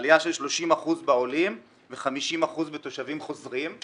עלייה של 30% בעולים ו-50% בתושבים חוזרים,